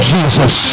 Jesus